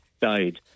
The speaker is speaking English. died